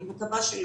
ואני מקווה שלא.